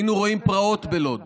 היינו רואים פרעות בלוד.